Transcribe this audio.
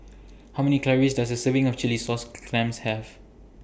How Many Calories Does A Serving of Chilli Sauce Clams Have